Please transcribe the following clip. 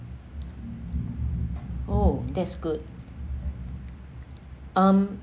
oh that's good um